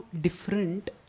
different